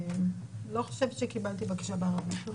לא חושבת שקיבלתי בקשה בערבית.